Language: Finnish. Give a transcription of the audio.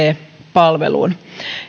palveluun